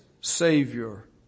Savior